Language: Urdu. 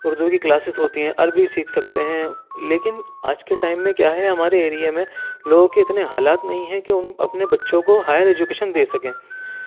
اردو کی کلاسز ہوتی ہیں عربی سیکھ سکتے ہیں لیکن آج کے ٹائم میں کیا ہے ہمارے ایریے میں لوگوں کے اتنے حالات نہیں ہیں کہ ان اپنے بچوں کو ہائر ایجوکیشن دے سکیں